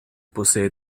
posee